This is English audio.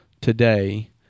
today